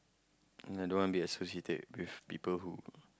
and I don't want to be associated with people with who